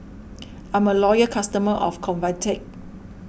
I'm a loyal customer of Convatec